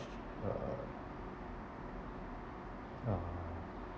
uh ah